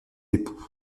époux